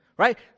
right